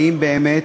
האם באמת,